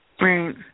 Right